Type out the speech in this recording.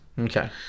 Okay